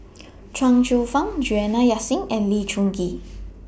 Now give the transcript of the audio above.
Chuang Hsueh Fang Juliana Yasin and Lee Choon Kee